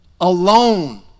alone